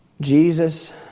Jesus